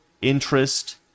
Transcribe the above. interest